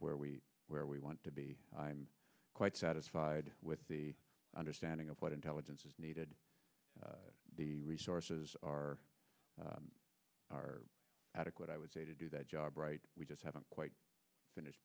where we where we want to be i'm quite satisfied with the understanding of what intelligence is needed the resources are are adequate i would say to do that job right we just haven't quite finish